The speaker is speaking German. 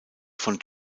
von